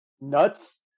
nuts